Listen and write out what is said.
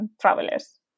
travelers